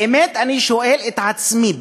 באמת אני שואל את עצמי,